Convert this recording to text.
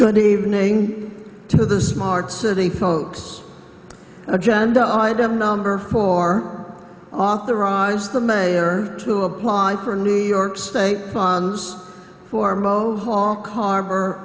good evening to the smart city folks agenda item number four authorize the mayor to apply for new york state funds for mohawk harbor